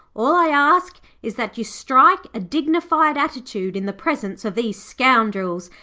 all i ask is that you strike a dignified attitude in the presence of these scoundrels,